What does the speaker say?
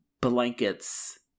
blankets